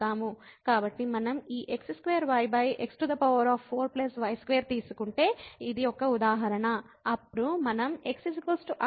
కాబట్టి మనం ఈ x2yx4 y2 తీసుకుంటే ఇది ఒక ఉదాహరణ అప్పుడు మనం x r cosθ y r sinθ ప్రతిక్షేపిస్తే